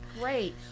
great